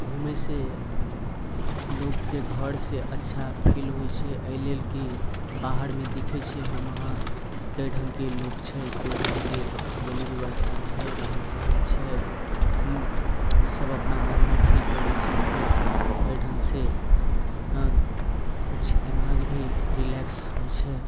घुमैसँ लोकके घरसँ अच्छा फील होइ छै अइ लेल कि बाहरमे देखै छियै हम अहाँ कि कइ ढ़ङ्गके लोक छै कोइ ढ़ङ्गके बोली व्यवस्था छै रहन सहन छै हूँ ई सभ अपना मनमे फील करै छियै फिर अइ ढ़ङ्गसँ हँ कुछ दिमाग भी रिलेक्स होइ छै